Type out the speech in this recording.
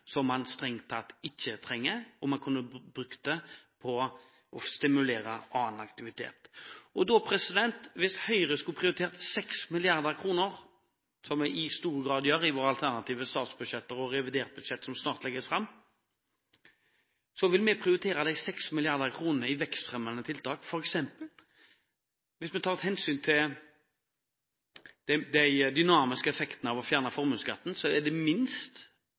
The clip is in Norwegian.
som man strengt tatt ikke trenger. Man kunne brukt det på å stimulere annen aktivitet. Hvis Høyre skulle prioritert 6 mrd. kr – som vi i stor grad gjør i våre alternative statsbudsjetter, og i revidert budsjett som snart legges fram – ville vi prioritert de 6 mrd. kr til vekstfremmende tiltak. Hvis vi f. eks tar hensyn til de dynamiske effektene av å fjerne formuesskatten, tilsvarer det